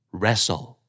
wrestle